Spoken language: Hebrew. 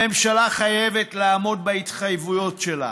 הממשלה חייבת לעמוד בהתחייבויות שלה,